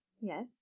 Yes